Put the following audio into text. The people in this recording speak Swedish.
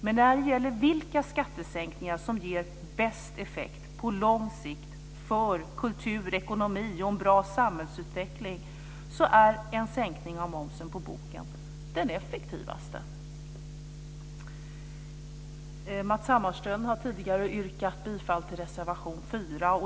Men när det gäller vilka skattesänkningar som ger bäst effekt på lång sikt för kultur, ekonomi och en bra samhällsutveckling, är en sänkning av momsen på boken den effektivaste. Matz Hammarström har tidigare yrkat bifall till reservation 4.